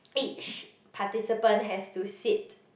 each participates has to sit